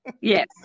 Yes